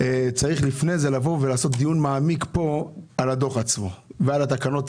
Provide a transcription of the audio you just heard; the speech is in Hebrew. צריך לפני זה לבוא ולעשות דיון מעמיק פה על הדוח עצמו ועל התקנות,